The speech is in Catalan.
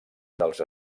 dels